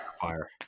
fire